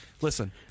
Listen